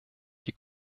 die